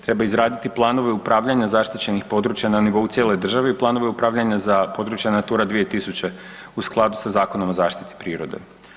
Treba izraditi planove upravljanja zaštićenih područja na nivou cijele države i planove upravljanja za područje Natura 2000 u skladu sa Zakonom o zaštiti prirode.